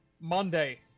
Monday